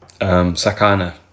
Sakana